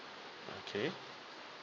okay